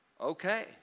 Okay